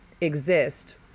exist